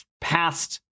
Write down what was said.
past